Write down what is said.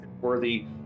worthy